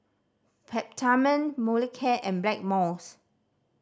Peptamen Molicare and Blackmores